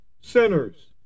sinners